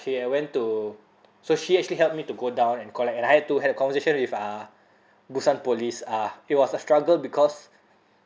okay I went to so she actually helped me to go down and collect and I had to had a conversation with uh busan police uh it was a struggle because